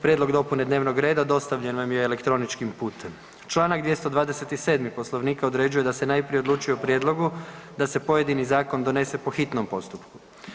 Prijedlog dopune dnevnog reda dostavljen vam je elektroničkim ... [[Govornik se ne čuje.]] čl. ... [[Govornik se ne čuje.]] Poslovnika određuje da se najprije odlučuje o prijedlogu, da se pojedini zakon donese po hitnom postupku.